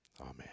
Amen